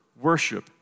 worship